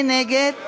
מי נגד?